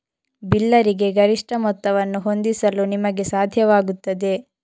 ಬಿಲ್ಲರಿಗೆ ಗರಿಷ್ಠ ಮೊತ್ತವನ್ನು ಹೊಂದಿಸಲು ನಿಮಗೆ ಸಾಧ್ಯವಾಗುತ್ತದೆ